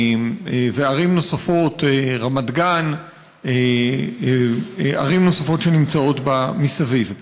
רמת גן וערים נוספות שנמצאות מסביב.